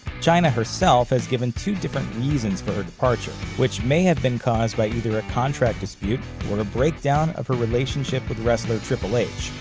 chyna herself has given two different reasons for her departure, which may have been caused by either a contract dispute or a breakdown of her relationship with wrestler triple h.